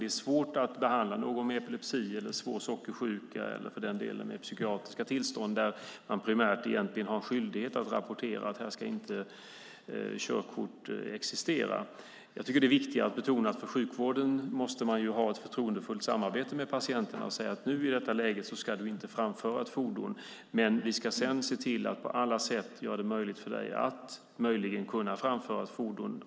Det är svårt att behandla någon med epilepsi, svår sockersjuka eller för den delen psykiatriska tillstånd där man har en skyldighet att rapportera att i deras fall inget körkort får finnas. Jag tycker att det är viktigare att betona att sjukvården måste ha ett förtroendefullt samarbete med patienten och säga: Nu, i detta läge, ska du inte framföra ett fordon, men vi ska sedan se till att på alla sätt försöka göra det möjligt för dig att få göra det igen.